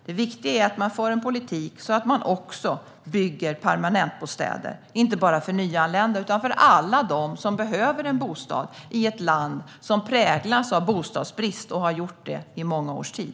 Det viktiga är att man får en politik så att man också bygger permanentbostäder, inte bara för nyanlända utan för alla dem som behöver en bostad i ett land som präglas av bostadsbrist och som har gjort det under många års tid.